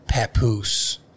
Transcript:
papoose